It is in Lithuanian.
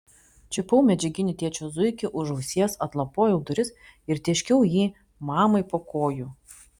čiupau medžiaginį tėčio zuikį už ausies atlapojau duris ir tėškiau jį mamai po kojų